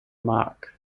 mark